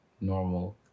normal